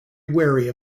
wary